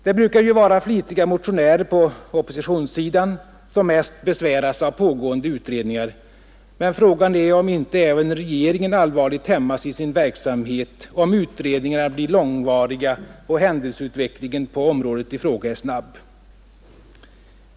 Det brukar ju vara flitiga motionärer från oppositionssidan som mest besväras av de pågående utredningarna, men frågan är om inte även regeringen allvarligt hämmas i sin verksamhet, om utredningarna blir långvariga och händelseutvecklingen på området i fråga är snabb.